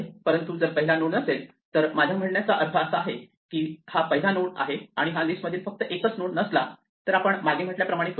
परंतु जर तो पहिला नोड नसेल तर माझ्या या म्हणण्याचा अर्थ असा आहे की हा पहिला नोड आहे आणि हा लिस्ट मधील फक्त एकच नोड नसला तर आपण मागे म्हटल्याप्रमाणे करू